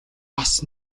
бас